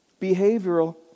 Behavioral